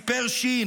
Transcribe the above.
סיפר ש',